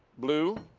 blue